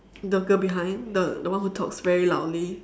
the girl behind the the one who talks very loudly